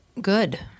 Good